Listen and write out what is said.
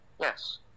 yes